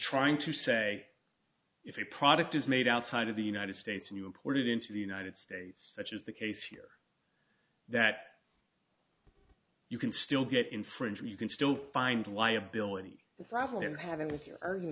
trying to say if a product is made outside of the united states and you imported into the united states such is the case here that you can still get infringer you can still find liability and having with you earn